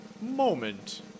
Moment